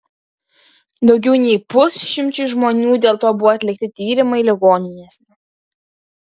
daugiau nei pusšimčiui žmonių dėl to buvo atlikti tyrimai ligoninėse